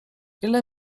ile